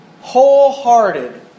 wholehearted